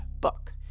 book